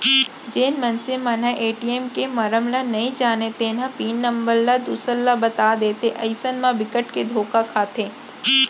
जेन मनसे मन ह ए.टी.एम के मरम ल नइ जानय तेन ह पिन नंबर ल दूसर ल बता देथे अइसन म बिकट के धोखा खाथे